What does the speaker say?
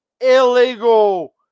illegal